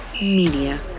Media